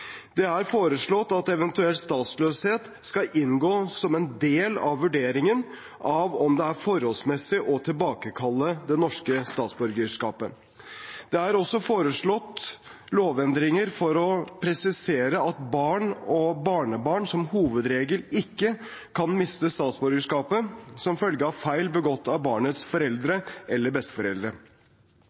Det er foreslått at eventuell statsløshet skal inngå som en del av vurderingen av om det er forholdsmessig å tilbakekalle det norske statsborgerskapet. Det er også foreslått lovendringer for å presisere at barn og barnebarn som hovedregel ikke kan miste statsborgerskapet som følge av feil begått av barnets foreldre eller